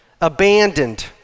abandoned